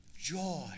joy